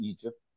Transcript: Egypt